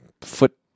foot